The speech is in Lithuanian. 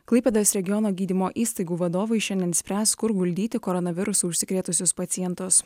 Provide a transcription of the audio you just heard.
klaipėdos regiono gydymo įstaigų vadovai šiandien spręs kur guldyti koronavirusu užsikrėtusius pacientus